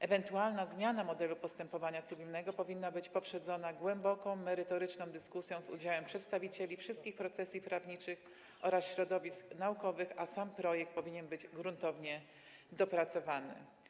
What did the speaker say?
Ewentualna zmiana modelu postępowania cywilnego powinna być poprzedzona głęboką, merytoryczną dyskusją z udziałem przedstawicieli wszystkich profesji prawniczych oraz środowisk naukowych, a sam projekt powinien być gruntownie dopracowany.